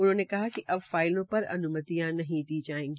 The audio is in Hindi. उन्होंने कहा कि अब फाइलों पर अन्मतियां नहीं दी जायेगी